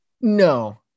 No